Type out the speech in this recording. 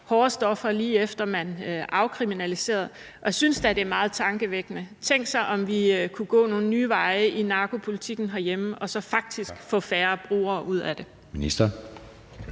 hårde stoffer, lige efter man afkriminaliserede. Og jeg synes da, det er meget tankevækkende. Tænk sig, om vi kunne gå nogle nye veje i narkopolitikken herhjemme og så faktisk få færre brugere ud af det.